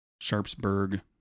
sharpsburg